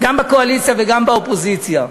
גם בקואליציה וגם באופוזיציה,